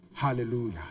Hallelujah